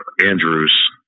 Andrews